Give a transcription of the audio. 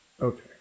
Okay